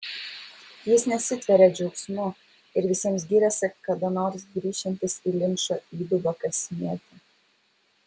jis nesitveria džiaugsmu ir visiems giriasi kada nors grįšiantis į linčo įdubą kasinėti